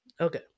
Okay